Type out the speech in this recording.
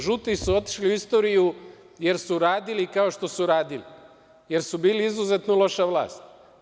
Žuti su otišli u istoriju jer su radili kao što su radili, jer su bili izuzetno loša vlast.